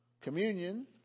communion